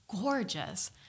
gorgeous